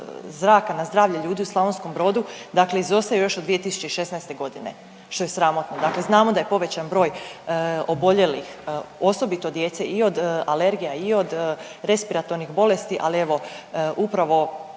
na zdravlje ljudi u Slavonskom Brodu, dakle izostaju još od 2016. godine što je sramotno, dakle znamo da je povećan broj oboljelih osobito djece i od alergija i od respiratornih bolesti. Ali evo upravo